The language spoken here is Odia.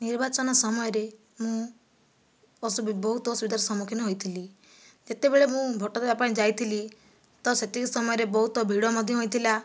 ନିର୍ବାଚନ ସମୟରେ ମୁଁ ବହୁତ ଅସୁବିଧାର ସମ୍ମୁଖୀନ ହୋଇଥିଲି ଯେତେବେଳେ ମୁଁ ଭୋଟ ଦେବା ପାଇଁ ଯାଇଥିଲି ତ ସେତିକି ସମୟରେ ବହୁତ ଭିଡ଼ ମଧ୍ୟ ହୋଇଥିଲା